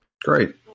Great